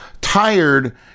tired